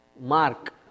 mark